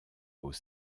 aux